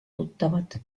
tuttavad